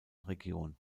region